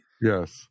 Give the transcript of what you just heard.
yes